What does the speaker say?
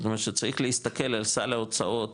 זאת אומרת שצריך להסתכל על סל ההוצאות